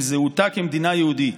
עם זהותה כמדינה יהודית,